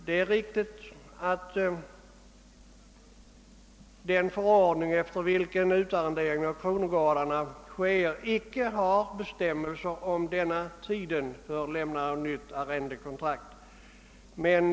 Det är riktigt att den förordning, efter vilken utarrenderingen av kronogårdarna äger rum, icke innehåller bestämmelser om hur långt före arrendetidens utgång ett nytt arrendekontrakt skall lämnas.